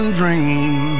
dream